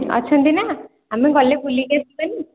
ଅଛନ୍ତି ନା ଆମେ ଗଲେ ବୁଲିକି ଆସିବା ନି